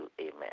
Amen